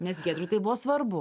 nes giedriui tai buvo svarbu